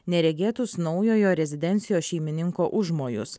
neregėtus naujojo rezidencijos šeimininko užmojus